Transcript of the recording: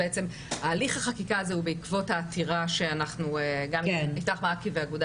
בעצם הליך החקיקה הזו הוא בעקבות העתירה ש"אית"ך מעכי" והאגודה